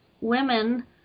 women